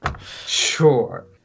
Sure